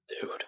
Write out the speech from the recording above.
Dude